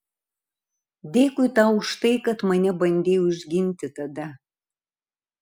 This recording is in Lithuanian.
dėkui tau už tai kad mane bandei užginti tada